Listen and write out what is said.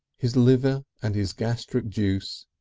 his liver and his gastric juice,